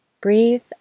Breathe